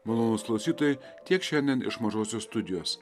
malonūs klausytojai tiek šiandien iš mažosios studijos